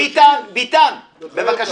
דוד, דוד, ביטן, ביטן, בבקשה.